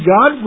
God